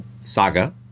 saga